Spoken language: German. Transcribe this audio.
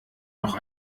noch